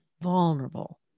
vulnerable